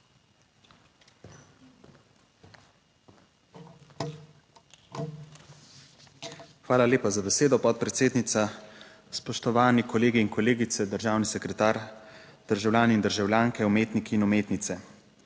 Hvala lepa za besedo, podpredsednica. Spoštovani kolegi in kolegice, državni sekretar, državljani in državljanke, umetniki in umetnice.